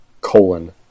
colon